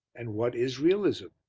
and what is realism?